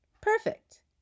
Perfect